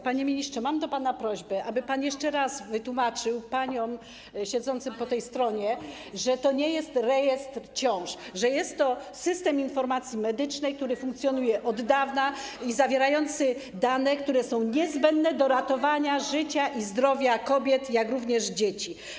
Panie ministrze, mam do pana prośbę, aby pan jeszcze raz wytłumaczył paniom siedzącym po tej stronie, że to nie jest rejestr ciąż, że jest to System Informacji Medycznej, który funkcjonuje od dawna, zawierający dane, które są niezbędne do ratowania życia i zdrowia kobiet, jak również dzieci.